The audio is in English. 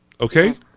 Okay